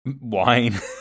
Wine